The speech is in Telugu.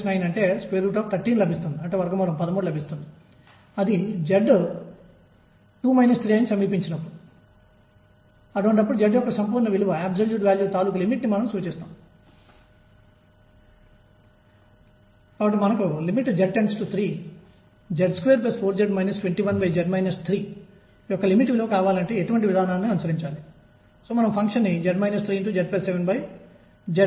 ఎలక్ట్రాన్ n వ స్థాయి నుండి m స్థాయికి దూకినప్పుడు ఈ విలువ లభిస్తుంది మరియు సంబంధిత రంగును లెక్కించవచ్చు